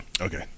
Okay